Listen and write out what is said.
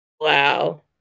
Wow